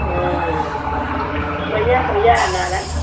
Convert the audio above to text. ஆ கொய்யா கொய்யா என்ன விலை